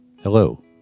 Hello